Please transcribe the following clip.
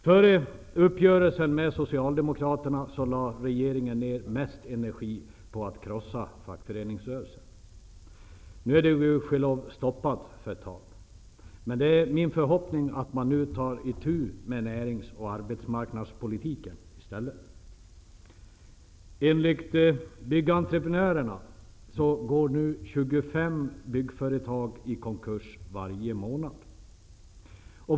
Före uppgörelsen med Socialdemokraterna lade regeringen ner mest energi på att krossa fackföreningsrörelsen. Nu är det gud ske lov stoppat för ett tag. Men det är min förhoppning att man nu i stället tar itu med närings och arbetsmarknadspolitiken. Enligt Byggentreprenörena går 25 byggföretag i konkurs varje månad.